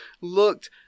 looked